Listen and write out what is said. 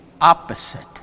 opposite